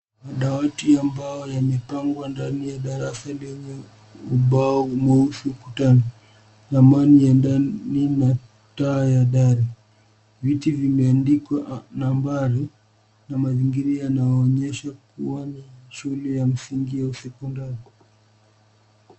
Madawati ya mbao yamepangwa ndani ya darasa lenye ubao mweusi ukutani, ramani ya ndani na taa ya dari, viti vimeandikwa nambari na mazingira yanaonyesha kuwa ni shule ya msingi au sekondari.